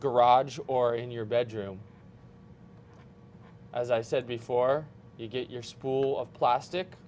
garage or in your bedroom as i said before you get your spool of plastic